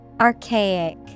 Archaic